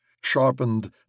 sharpened